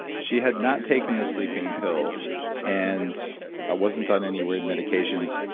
she had not taken a sleeping pill and wasn't on any weird medications.